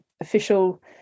official